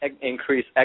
increase